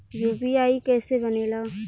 UPI कईसे बनेला?